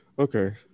Okay